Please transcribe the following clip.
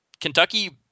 Kentucky